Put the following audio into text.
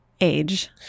age